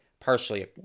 partially